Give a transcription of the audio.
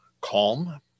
calm